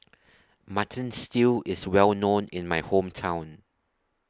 Mutton Stew IS Well known in My Hometown